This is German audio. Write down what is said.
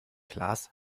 klaas